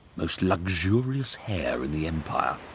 most luxurious hair in the empire.